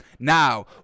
Now